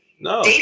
No